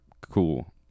cool